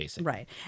Right